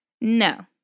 No